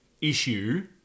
issue